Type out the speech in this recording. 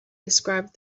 described